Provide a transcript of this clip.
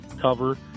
cover